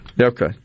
Okay